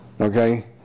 Okay